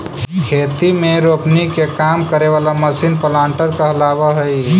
खेती में रोपनी के काम करे वाला मशीन प्लांटर कहलावऽ हई